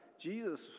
Jesus